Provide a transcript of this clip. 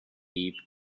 deep